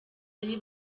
ari